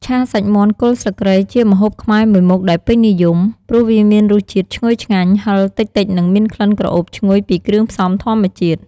ឆាសាច់មាន់គល់ស្លឹកគ្រៃ ជាម្ហូបខ្មែរមួយមុខដែលពេញនិយម ព្រោះវាមានរសជាតិឈ្ងុយឆ្ងាញ់ ហឹរតិចៗ និងមានក្លិនក្រអូបឈ្ងុយពីគ្រឿងផ្សំធម្មជាតិ។